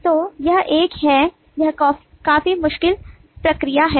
तो यह एक है यह काफी मुश्किल प्रक्रिया है